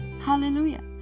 Hallelujah